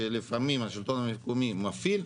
שלפעמים השלטון המקומי מפעיל,